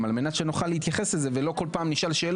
אני לא נכנס לשאלות